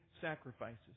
sacrifices